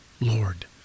Lord